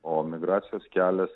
o migracijos kelias